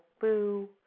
Boo